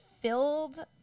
filled